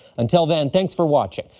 until then, thanks for watching.